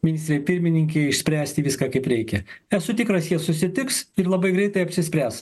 ministrei pirmininkei išspręsti viską kaip reikia esu tikras jie susitiks ir labai greitai apsispręs